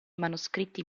manoscritti